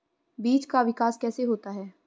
बीज का विकास कैसे होता है?